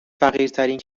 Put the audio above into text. فقیرترین